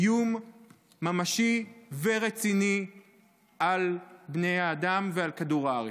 איום ממשי ורציני על בני האדם ועל כדור הארץ.